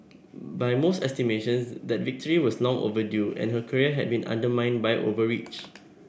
by most estimations that victory was long overdue and her career had been undermined by overreach